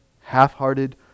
Half-hearted